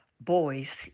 boys